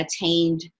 attained